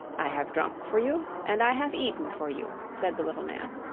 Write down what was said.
i have drunk for you, and i have eaten for you, said the little man,